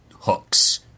hooks